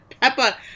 Peppa